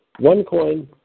OneCoin